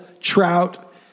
trout